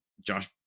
Josh